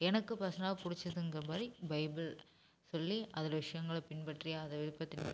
எனக்கு பெர்சனலாக பிடிச்சதுங்குறமாரி பைபிள் சொல்லி அதில் விஷயங்களை பின்பற்றி அதன் விருப்பத்தின் படி